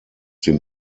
dem